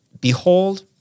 Behold